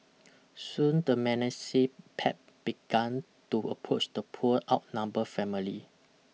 soon the menacing pack began to approach the poor outnumber family